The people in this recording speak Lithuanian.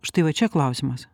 štai va čia klausimas